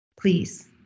Please